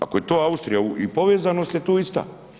Ako je to Austrija i povezanost je tu ista.